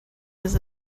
was